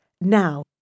Now